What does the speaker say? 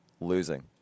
losing